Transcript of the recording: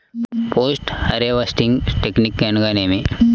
Post harvesting technique అనగా నేమి?